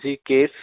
जी case